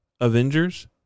Avengers